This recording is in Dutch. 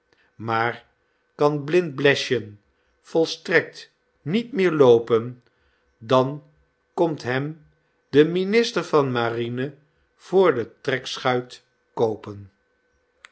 maar kan blind blesjen volstrekt niet meer loopen dan komt hem de minister van marine voor de trekschuit koopen